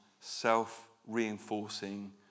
self-reinforcing